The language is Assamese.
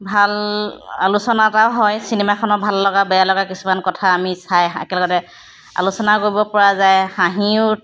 ভাল আলোচনা এটাও হয় চিনেমাখনৰ ভাল লগা বেয়া লগা কিছুমান কথা আমি চাই একেলগতে আলোচনাও কৰিব পৰা যায় হাঁহিও